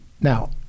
now